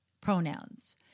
pronouns